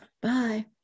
Bye